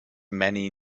many